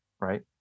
right